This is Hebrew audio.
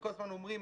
וכל הזמן אומרים,